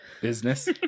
business